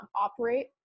operate